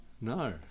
No